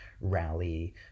rally